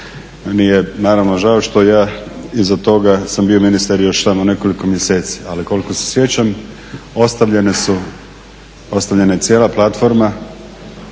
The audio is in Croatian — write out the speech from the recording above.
je naravno žao što ja iza toga sam bio ministar još samo nekoliko mjeseci, ali koliko se sjećam ostavljena je cijela platforma,